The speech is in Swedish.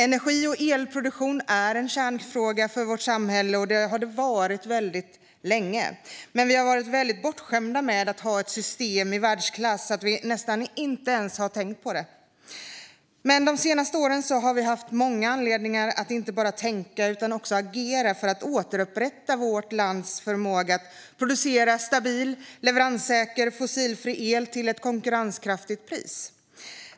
Energi och elproduktion är en kärnfråga för vårt samhälle och har varit det väldigt länge, men vi har varit så bortskämda med att ha ett system i världsklass att vi knappt ens har tänkt på det. De senaste åren har vi dock haft många anledningar att inte bara tänka utan också agera för att återupprätta vårt lands förmåga att producera stabil, leveranssäker och fossilfri el till ett konkurrenskraftigt pris.